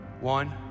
One